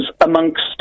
amongst